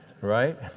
Right